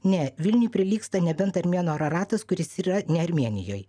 ne vilniui prilygsta nebent armėno araratas kuris yra ne armėnijoj